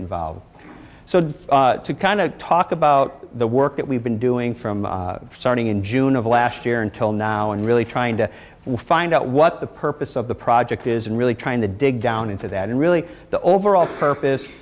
involved so to kind of talk about the work that we've been doing from starting in june of last year until now and really trying to find out what the purpose of the project is and really trying to dig down into that and really the overall purpose